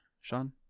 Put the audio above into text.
Sean